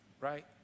right